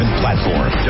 platform